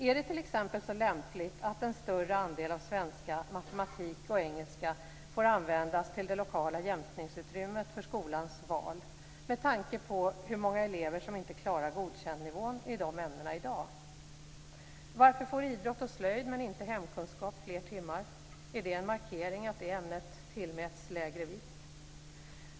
Är det t.ex. så lämpligt att en större andel av svenska, matematik och engelska får användas till det lokala jämkningsutrymmet för skolans fria val med tanke på hur många elever som inte klara nivån Godkänd i dessa ämnen i dag? Varför får idrott och slöjd men inte hemkunskap fler timmar? Är det en markering att det ämnet tillmäts lägre vikt?